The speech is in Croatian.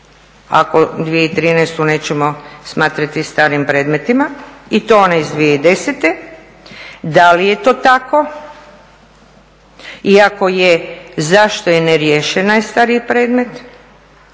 ako 2013. nećemo smatrati starim predmetima i to onaj iz 2010. Da li je to tako i ako je, zašto je neriješen najstariji predmet